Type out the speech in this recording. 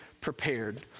prepared